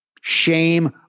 shame